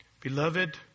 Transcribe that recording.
Beloved